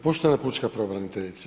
Poštovana pučka pravobraniteljice.